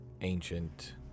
ancient